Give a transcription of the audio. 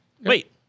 Wait